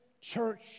church